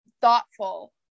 thoughtful